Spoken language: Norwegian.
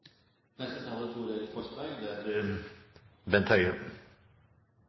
neste taler er